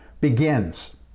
begins